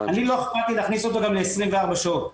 לי לא אכפת להכניס אותו גם ל-24 שעות.